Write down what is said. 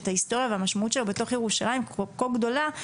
וההיסטוריה והמשמעות שלו בירושלים כה גדולה,